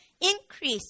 Increase